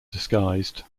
disguised